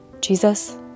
Jesus